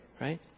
right